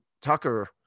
Tucker